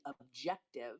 objective